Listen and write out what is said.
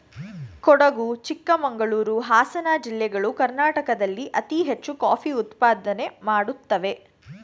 ಕೊಡಗು ಚಿಕ್ಕಮಂಗಳೂರು, ಹಾಸನ ಜಿಲ್ಲೆಗಳು ಕರ್ನಾಟಕದಲ್ಲಿ ಅತಿ ಹೆಚ್ಚು ಕಾಫಿ ಉತ್ಪಾದನೆ ಮಾಡುತ್ತಿವೆ